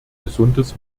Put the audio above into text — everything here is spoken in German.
gesundes